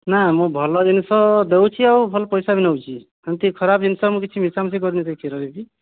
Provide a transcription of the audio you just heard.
ନା ମୁଁ ଭଲ ଜିନିଷ ଦେଉଛି ଆଉ ଭଲ ପଇସା ବି ନେଉଛି ଏମତି ଖରାପ ଜିନିଷ ମୁଁ କିଛି ମିଶା ମିଶି କରିନି ସେ କ୍ଷୀର ରେ ବି